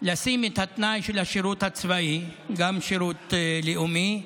לשים את התנאי של השירות הצבאי, גם שירות לאומי,